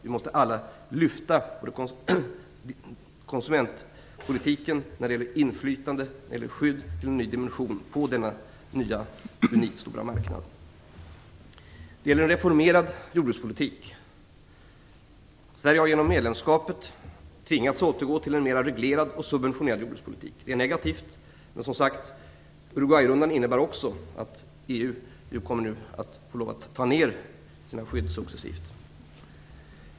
Vi måste alla lyfta konsumentpolitiken, när det gäller inflytande och skydd, till en ny dimension på denna nya, stora marknad. - Reformerad jordbrukspolitik: Sverige har genom medlemskapet tvingats att återgå till en mera reglerad och subventionerad jordbrukspolitik. Det är negativt, men Uruguayrundan innebär, som sagt var, att EU nu kommer att få minska sina skydd successivt.